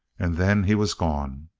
and then he was gone.